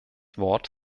wort